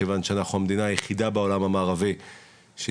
מכיוון שאנחנו המדינה היחידה בעולם המערבי שהילודה